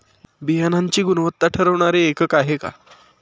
बियाणांची गुणवत्ता ठरवणारे एकक आहे का?